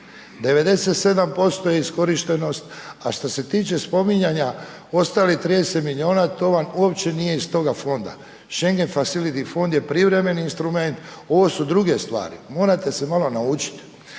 97% je iskorištenost, a što se tiče spominjanja, ostalih 30 milijuna, to vam uopće nije iz toga fonda …/Govornik se ne razumije./… fond je privremeni instrument, ovo su druge stvari. Morate se malo naučiti.